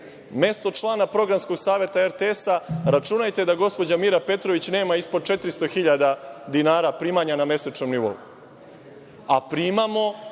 mesto člana programskog saveta RTS-a. Računajte da gospođa Mira Petrović nema ispod 400.000 dinara primanja na mesečnom nivou. Pričamo